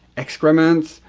excrements,